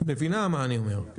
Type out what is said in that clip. את מבינה מה אני אומר.